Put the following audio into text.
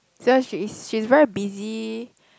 just she is she's very busy